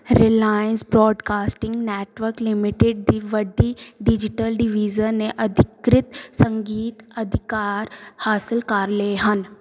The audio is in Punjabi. ਰਿਲਾਇੰਸ ਬ੍ਰੋਡਕਾਸਟਿੰਗ ਨੈੱਟਵਰਕ ਲਿਮਟਿਡ ਦੀ ਵੱਡੀ ਡਿਜੀਟਲ ਡਿਵੀਜ਼ਨ ਨੇ ਅਧਿਕ੍ਰਿਤ ਸੰਗੀਤ ਅਧਿਕਾਰ ਹਾਸਿਲ ਕਰ ਲਏ ਹਨ